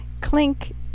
Clink